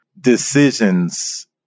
decisions